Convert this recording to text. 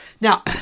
Now